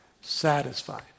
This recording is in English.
satisfied